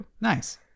nice